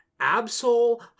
Absol